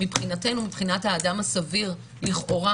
מבחינתנו, מבחינת האדם הסביר, לכאורה